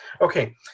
Okay